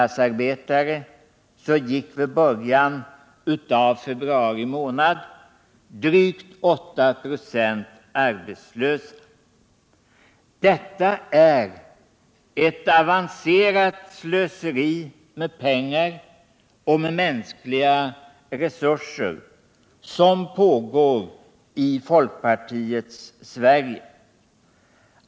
Det är ett avancerat slöseri med pengar och med mänskliga resurser som pågår i folkpartiets Sverige.